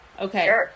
Okay